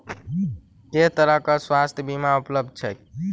केँ तरहक स्वास्थ्य बीमा उपलब्ध छैक?